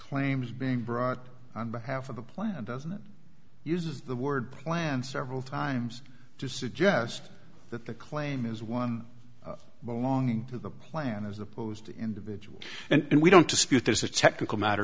claims being brought on behalf of the plan doesn't use the word plan several times to suggest that the claim is one belonged to the plan as opposed to individual and we don't dispute there's a technical matter